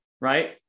right